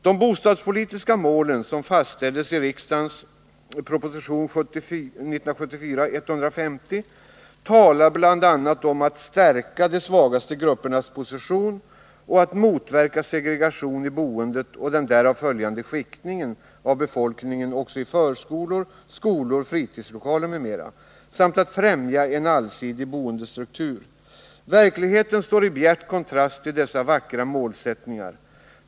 De bostadspolitiska målen som fastställdes av riksdagen i proposition 1974:150 talar bl.a. om att ”stärka de svagaste gruppernas position” och att ”motverka segregation i boendet och den därav följande skiktningen av befolkningen också i förskolor, skolor, fritidslokaler m.m.”, samt att ”främja en allsidig boendestruktur”. Verkligheten står i bjärt kontrast till dessa vackra målsättningar.